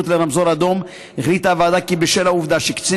לרמזור אדום החליטה הוועדה כי בשל העובדה שקצין